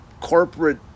corporate